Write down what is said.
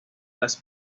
las